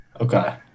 Okay